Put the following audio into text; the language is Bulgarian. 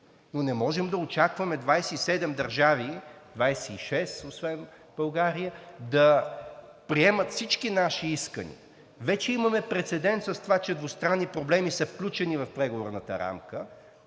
но не можем да очакваме 27 държави – 26 освен България, да приемат всички наши искания. Вече имаме прецедент с това, че двустранни проблеми са включени в Преговорната рамка.